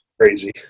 crazy